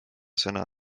sõna